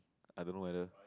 I don't know whether